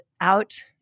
out